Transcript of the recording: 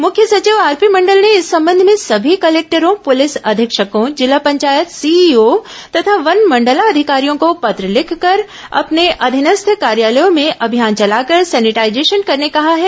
मुख्य सचिव आरपी मंडल ने इस संबंध में सभी कलेक्टरों पुलिस अधीक्षकों जिला पंचायत सीईओ तथा वन मंडलाधिकारियों को पत्र लिखकर अपने अधीनस्थ कॉर्यालयों में अभियान चलाकर सेनिटाईजेशन करने कहा है